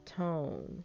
tone